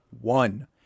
one